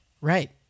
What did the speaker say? Right